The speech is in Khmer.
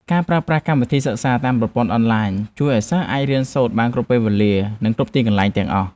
ការប្រើប្រាស់កម្មវិធីសិក្សាតាមប្រព័ន្ធអនឡាញជួយឱ្យសិស្សអាចរៀនសូត្របានគ្រប់ពេលវេលា និងគ្រប់ទីកន្លែងទាំងអស់។